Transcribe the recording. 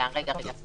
אני